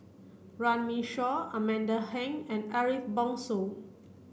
Runme Shaw Amanda Heng and Ariff Bongso